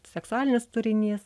seksualinis turinys